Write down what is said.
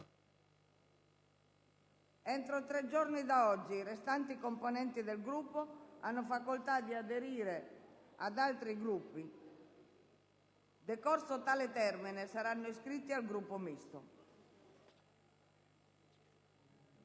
Entro tre giorni da oggi, i restanti componenti del Gruppo hanno facoltà di aderire ad altri Gruppi; decorso tale termine, saranno iscritti al Gruppo Misto.